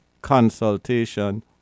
consultation